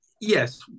yes